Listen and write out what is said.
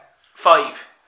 five